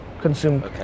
consume